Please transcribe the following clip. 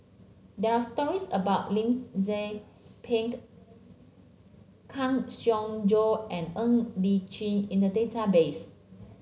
there are stories about Lim Tze Peng Kang Siong Joo and Ng Li Chin in the database